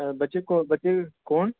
अ बच्चे बच्चे कौन